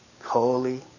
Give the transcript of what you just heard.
holy